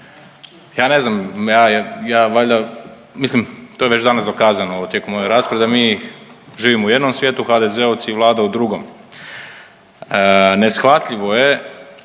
Ja ne znam, ja valjda, mislim to je već danas dokazano tijekom ove rasprave da mi živimo u jednom svijetu, HDZ-ovci i vlada u drugom. Neshvatljivo je